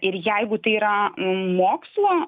ir jeigu tai yra mokslo